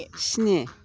स्नि